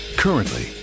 Currently